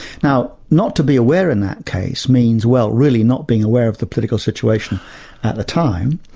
now, not to be aware in that case, means well, really not being aware of the political situation at the time,